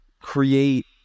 create